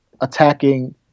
attacking